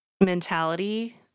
mentality